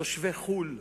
תושבי חו"ל,